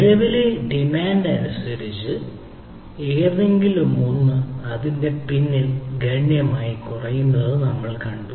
നിലവിലെ ഡിമാൻഡ് അനുസരിച്ച് ഏതെങ്കിലുമൊന്ന് അതിന്റെ പിന്നിൽ ഗണ്യമായി കുറയും നമ്മൾ കണ്ടു